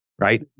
right